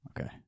Okay